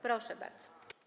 Proszę bardzo.